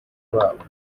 babo